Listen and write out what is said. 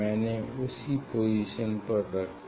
मैंने उसी पोजीशन पर रख दिया है